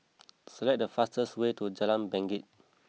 select the fastest way to Jalan Bangket